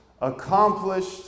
accomplished